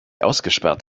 ausgesperrt